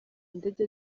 ndege